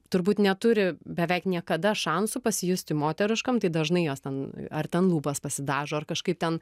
turbūt neturi beveik niekada šansų pasijusti moteriškom tai dažnai jos ten ar ten lūpas pasidažo ar kažkaip ten